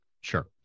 sure